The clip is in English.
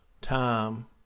time